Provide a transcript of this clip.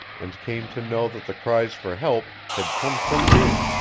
and came to know that the cries for help had come from me,